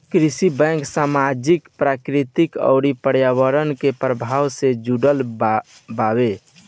कृषि बैंक सामाजिक, प्राकृतिक अउर पर्यावरण के प्रभाव से जुड़ल बावे